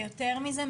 ויותר מזה,